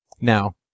Now